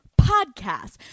podcast